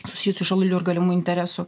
susijusių šalių ir galimų interesų